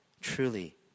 Truly